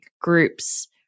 groups